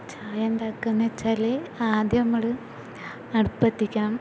ചായ ഉണ്ടാക്കാമെന്ന് വച്ചാൽ ആദ്യം നമ്മൾ അടുപ്പ് കത്തിക്കണം